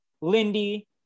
lindy